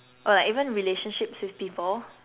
oh like even relationships with people